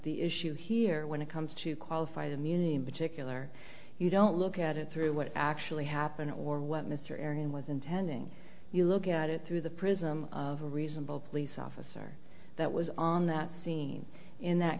the issue here when it comes to qualified immunity in particular you don't look at it through what actually happened or what mr arion was intending you look at it through the prism of a reasonable police officer that was on that scene in that